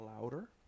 louder